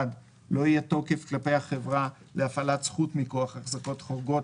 " לא יהיה תוקף כלפי החברה להפעלת זכות מכוח החזקות חורגות,